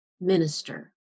minister